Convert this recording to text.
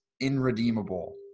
irredeemable